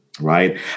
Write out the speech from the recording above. right